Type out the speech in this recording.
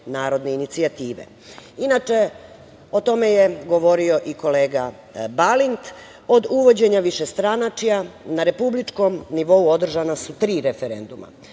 narodne inicijative. Inače, o tome je govorio i kolega Balint, od uvođenja višestranačja, na republičkom nivou održana tri referenduma.